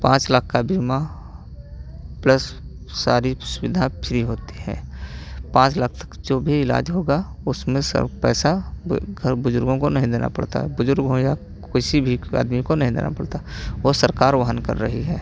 पाँच लाख का बीमा प्लस सारी सुविधा फ़्री होती है पाँच लाख तक जो भी इलाज होगा उसमें सब पैसा घर बुज़ुर्गों को नहीं देना पड़ता है बुज़ुर्ग हों या किसी भी आदमी को नहीं देना पड़ता वो सरकार वहन कर रही है